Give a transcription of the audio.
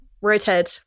redhead